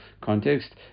context